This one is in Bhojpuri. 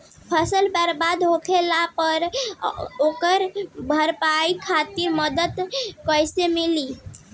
फसल बर्बाद होला पर ओकर भरपाई खातिर मदद कइसे मिली?